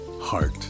Heart